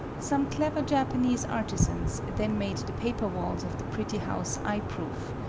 some clever japanese artisans then made the paper walls of the pretty house eye proof,